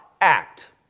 act